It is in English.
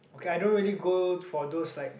okay I don't really go for those like